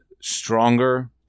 stronger